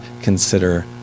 consider